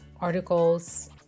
articles